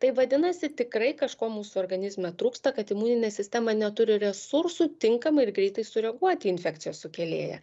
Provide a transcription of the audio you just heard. tai vadinasi tikrai kažko mūsų organizme trūksta kad imuninė sistema neturi resursų tinkamai ir greitai sureaguoti į infekcijos sukėlėją